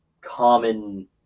common